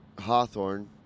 Hawthorne